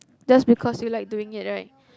just because you like doing it right